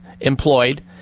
employed